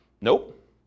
Nope